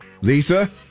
Lisa